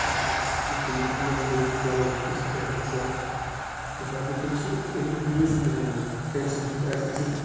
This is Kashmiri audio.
تِم چھِ اَسہِ مُتعلق یِمن مُتعلق ونان کِتھ کیٛاہ چھِ گژھان یا تاکہِ تِم چھِ یِمن ہِنٛدۍ ریٖزن تہِ ونان کَمہِ سۭتۍ ہیٚکہِ آسہِ گٔژھِتھ